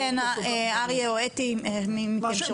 כן אריה או אתי, מי מכם שרוצה לדבר.